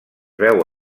veu